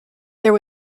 there